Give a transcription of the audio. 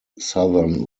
southern